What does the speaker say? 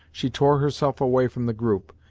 she tore herself away from the group,